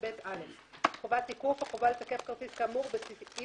61ב(א); "חובת תיקוף" החובה לתקף כרטיס כאמור בסעיף